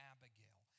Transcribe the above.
Abigail